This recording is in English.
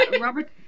Robert